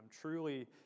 truly